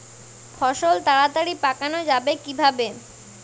ফসল তাড়াতাড়ি পাকানো যাবে কিভাবে?